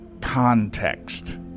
context